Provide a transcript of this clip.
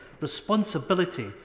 responsibility